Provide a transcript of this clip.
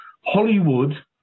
Hollywood